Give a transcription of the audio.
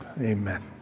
Amen